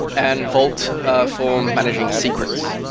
and vault ah for managing secrets.